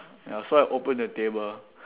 ya so I open the table